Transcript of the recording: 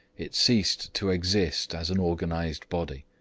it ceased to exist as an organised body.